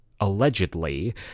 allegedly